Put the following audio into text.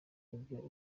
ivyo